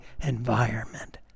environment